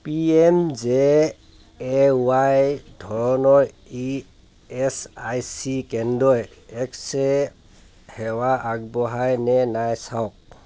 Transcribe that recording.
P M J A Y ধৰণৰ E S I C কেন্দ্ৰই X ray সেৱা আগবঢ়াই নে নাই চাওক